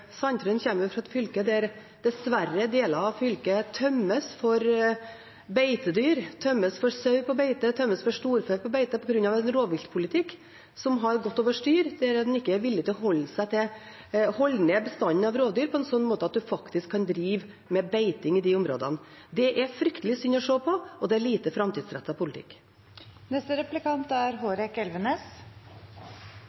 Sandtrøen kommer fra et fylke der dessverre deler av fylket tømmes for beitedyr – for sau på beite og for storfe på beite – på grunn av en rovdyrpolitikk som har gått over styr, der en ikke er villig til å holde nede bestanden av rovdyr på en slik måte at en faktisk kan drive med beiting i de områdene. Det er fryktelig synd å se på og en lite